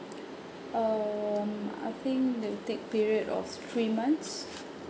um I think it'll take period of three months